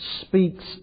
speaks